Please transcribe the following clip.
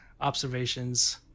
observations